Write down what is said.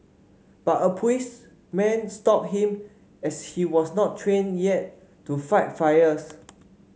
but a policeman stopped him as she was not trained yet to fight fires